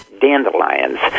Dandelions